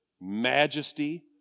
majesty